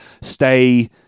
stay